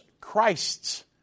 Christs